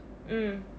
mm